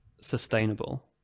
sustainable